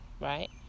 right